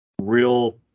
real